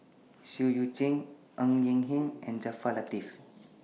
Seah EU Chin Ng Eng Hen and Jaafar Latiff